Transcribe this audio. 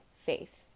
faith